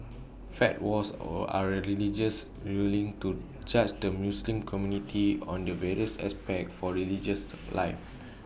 fatwas all are religious rulings to just the Muslim community on the various aspects for religious life